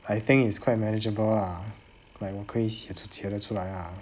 I think is quite manageable lah like 我可以写出写了出来 ah